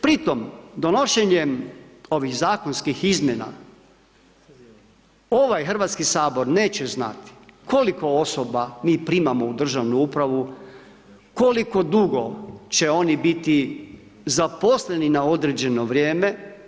Pri tom, donošenjem ovih zakonskih izmjena, ovaj HS neće znati koliko osoba mi primamo u državnu upravu, koliko dugo će oni biti zaposleni na određeno vrijeme.